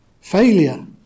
Failure